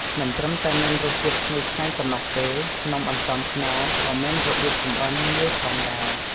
មិនត្រឹមតែមានរសជាតិឈ្ងុយឆ្ងាញ់ប៉ុណ្ណោះទេ នំអន្សមខ្នុរក៏មានរបៀបចម្អិនងាយផងដែរ។